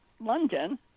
London